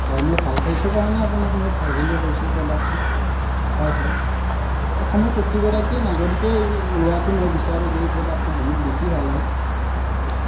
হয় মই ভাল পাইছোঁ কাৰণে আপোনাক মই ভাল বুলি কৈছোঁ প্ৰডাক্টটো হয় হয় অসমৰ প্ৰতিগৰাকী নাগৰিকে লোৱাতো মই বিচাৰোঁ যে এই প্ৰডাক্টটো বহুত বেছি ভাল হয়